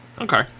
Okay